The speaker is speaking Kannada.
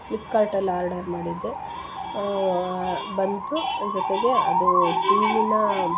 ಫ್ಲಿಪ್ಕಾರ್ಟಲ್ಲಿ ಆರ್ಡರ್ ಮಾಡಿದ್ದೆ ಬಂತು ಜೊತೆಗೆ ಅದು ಟಿ ವಿನ